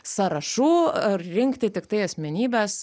sąrašų ar rinkti tiktai asmenybes